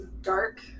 dark